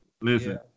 Listen